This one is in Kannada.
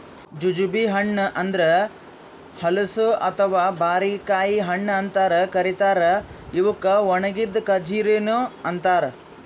ಜುಜುಬಿ ಹಣ್ಣ ಅಂದುರ್ ಹಲಸು ಅಥವಾ ಬಾರಿಕಾಯಿ ಹಣ್ಣ ಅಂತ್ ಕರಿತಾರ್ ಇವುಕ್ ಒಣಗಿದ್ ಖಜುರಿನು ಅಂತಾರ